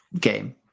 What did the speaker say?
game